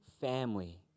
family